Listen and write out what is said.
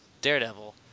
Daredevil